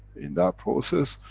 in that process,